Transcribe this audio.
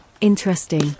Interesting